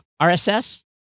RSS